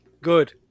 Good